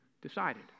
decided